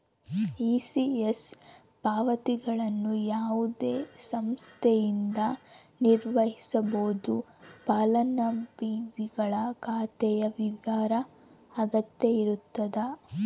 ECS ಪಾವತಿಗಳನ್ನು ಯಾವುದೇ ಸಂಸ್ಥೆಯಿಂದ ನಿರ್ವಹಿಸ್ಬೋದು ಫಲಾನುಭವಿಗಳ ಖಾತೆಯ ವಿವರ ಅಗತ್ಯ ಇರತದ